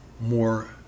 more